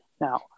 Now